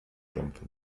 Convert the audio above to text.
dämpfe